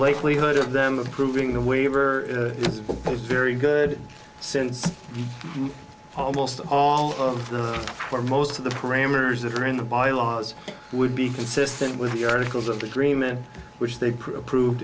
likelihood of them approving the waiver proposed very good since almost all of the or most of the parameters that are in the bylaws would be consistent with the articles of the agreement which they proved